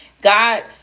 God